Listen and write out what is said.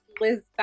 Liz